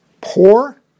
poor